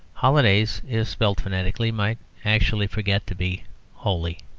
holidays, if spelt phonetically, might actually forget to be holy.